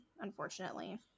unfortunately